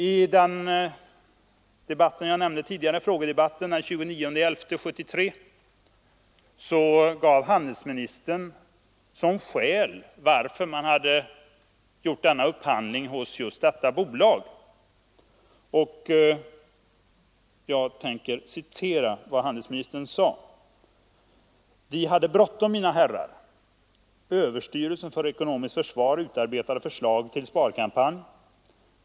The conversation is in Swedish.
I frågedebatten den 29 november 1973 uppgav handelsministern följande skäl till att man gjort upphandlingen hos just detta bolag: ”Vi hade bråttom, mina herrar. Överstyrelsen för ekonomiskt försvar utarbetade förslaget till sparkampanj.